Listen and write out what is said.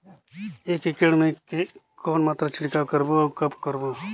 एक एकड़ मे के कौन मात्रा छिड़काव करबो अउ कब करबो?